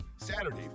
Saturday